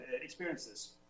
experiences